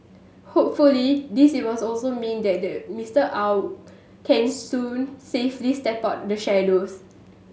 hopefully this was also mean that the Mister Aw can soon safely step out the shadows